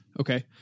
Okay